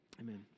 Amen